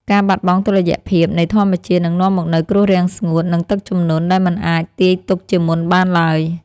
ការបាត់បង់តុល្យភាពនៃធម្មជាតិនឹងនាំមកនូវគ្រោះរាំងស្ងួត និងទឹកជំនន់ដែលមិនអាចទាយទុកជាមុនបានឡើយ។